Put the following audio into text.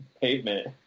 pavement